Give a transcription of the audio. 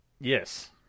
Yes